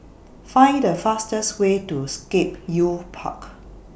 Find The fastest Way to Scape Youth Park